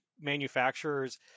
manufacturers –